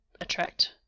attract